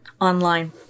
online